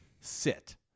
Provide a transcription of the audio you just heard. sit